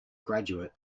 graduate